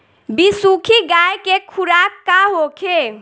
बिसुखी गाय के खुराक का होखे?